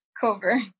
cover